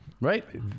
right